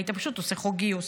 היית פשוט עושה חוק גיוס.